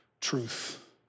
truth